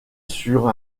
sur